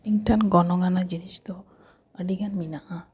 ᱤᱧᱴᱷᱮᱱ ᱜᱚᱱᱚᱝ ᱟᱱᱟᱜ ᱡᱤᱱᱤᱥ ᱫᱚ ᱟᱹᱰᱤᱜᱟᱱ ᱢᱮᱱᱟᱜᱼᱟ